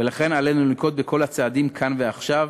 ולכן עלינו לנקוט את כל הצעדים, כאן ועכשיו,